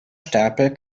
stapel